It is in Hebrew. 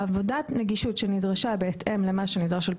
עבודת הנגישות שנדרשה בהתאם למה שנדרש על פי